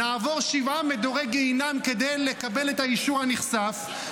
נעבור שבעה מדורי גיהינום כדי לקבל את האישור הנכסף.